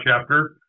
chapter